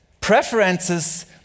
preferences